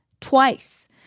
Twice